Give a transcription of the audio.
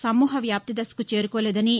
సమూహ వ్యాప్తి దశకు చేరుకోలేదని